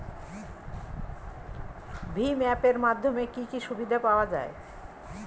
ভিম app এর মাধ্যমে কি কি সুবিধা পাওয়া যায়?